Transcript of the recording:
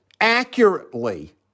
accurately